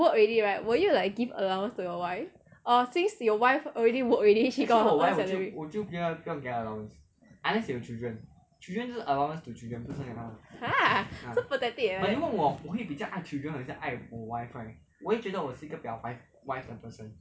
work already right will you like you give allowance to your wife or since your wife already work already she got her own salary !huh! so pathetic ah